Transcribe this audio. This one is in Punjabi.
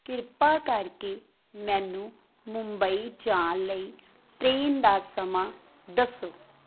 ਕਿਰਪਾ ਕਰਕੇ ਮੈਨੂੰ ਮੁੰਬਈ ਜਾਣ ਲਈ ਟ੍ਰੇਨ ਦਾ ਸਮਾਂ ਦੱਸੋ